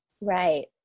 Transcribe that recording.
right